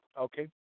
Okay